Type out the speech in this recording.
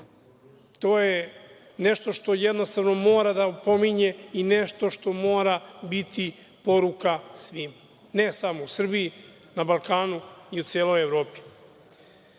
to je nešto što mora da opominje i nešto što mora biti poruka svima. Ne samo u Srbiji, nego na Balkanu i u celoj Evropi. Posle